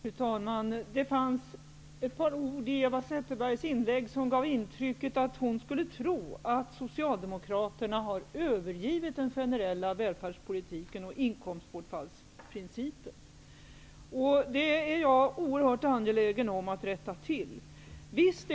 Fru talman! Några ord i Eva Zetterbergs inlägg gav intrycket att hon skulle tro att Socialdemokra terna har övergett den generella välfärdspolitiken och inkomstbortfallsprincipen. Jag är oerhört an gelägen om att rätta till detta.